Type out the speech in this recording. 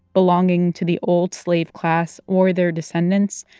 belonging to the old slave class or their descendants,